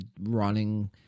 running